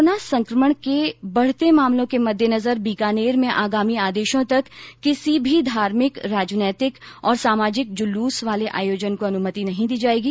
corona संकमण के बढ़ते मामलों के मददेनजर बीकानेर में आगामी आदेशों तक किसी भी धार्मिक राजनैतिक और सामाजिक जुलूस वाले आयोजनों को अनुमति नहीं दी जाएगी